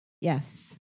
Yes